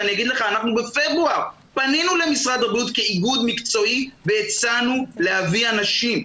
בפברואר פנינו למשרד הבריאות כאיגוד מקצועי והצענו להביא אנשים.